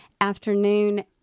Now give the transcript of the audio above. afternoon